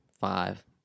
five